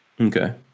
okay